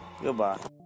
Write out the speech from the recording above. goodbye